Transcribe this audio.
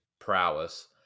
prowess